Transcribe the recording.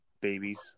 babies